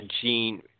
gene